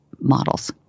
models